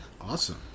Awesome